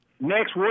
Next